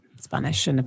Spanish